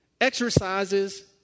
exercises